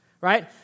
right